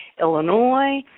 Illinois